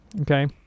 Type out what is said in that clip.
okay